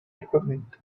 equipment